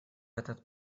этот